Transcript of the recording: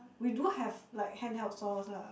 we do have like handheld saws lah